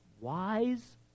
wise